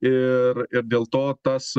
ir ir dėl to tas